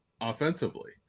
offensively